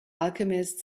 alchemist